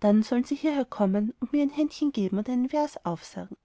dann sollen sie hierherkommen und mir ein händchen geben und einen vers aufsagen